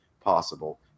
possible